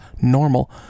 Normal